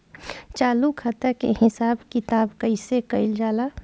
चालू खाता के हिसाब किताब कइसे कइल जाला?